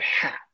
hat